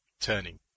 turning